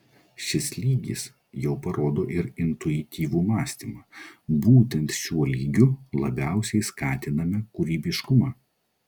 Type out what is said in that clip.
šis lygis jau parodo ir intuityvų mąstymą būtent šiuo lygiu labiausiai skatiname kūrybiškumą